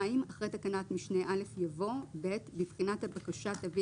אחרי תקנת משנה (א) יבוא: "(ב)בבחינת הבקשה תביא